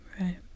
Right